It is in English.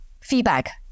feedback